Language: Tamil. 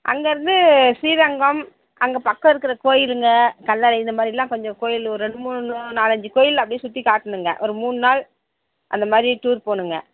அங்கேருந்து ஸ்ரீரங்கம் அங்கே பக்கம் இருக்கிற கோயிலுங்க கல்லணை இந்தமாதிரி எல்லாம் கொஞ்சம் கோயில் ரெண்டு மூணு நாலு அஞ்சு கோயில் அப்படியே சுற்றி காட்டணுங்க ஒரு மூணு நாள் அந்தமாதிரி டூர் போகணுங்க